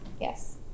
Yes